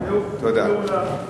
תודה.